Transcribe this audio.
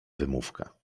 wymówka